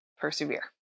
persevere